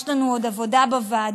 יש לנו עוד עבודה בוועדות,